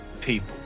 people